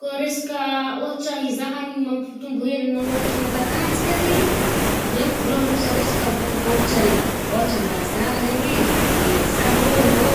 Koà resaka ôhatra izahagny ny mampitombo hery na ôhatra mampatanjaka zaigny i, volaniko vôlôhany resadresaka vôkabôkatra regny, ôhatra mbazaha regny e, de sohôgno ô,